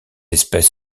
espèce